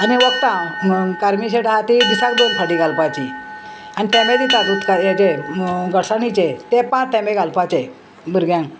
आनी वखदां कार्मीसीयड आहा ती दिसाक दोन फाटीं घालपाची आनी थेमे दितात उदका हेजे गटसाणीचे ते पांच थेमे घालपाचे भुरग्यांक